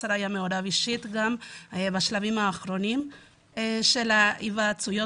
השר היה מעורב אישית גם בשלבים האחרונים של ההיוועצויות